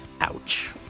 Ouch